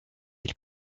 îles